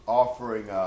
offering